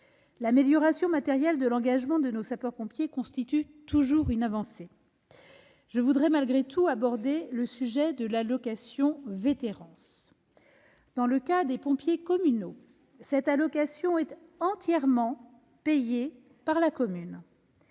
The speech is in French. L'amélioration matérielle de l'engagement de nos sapeurs-pompiers constitue toujours une avancée. Je voudrais malgré tout aborder le sujet de l'allocation de vétérance. Dans le cas des pompiers communaux, cette allocation est entièrement payée par la commune.